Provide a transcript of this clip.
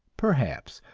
perhaps,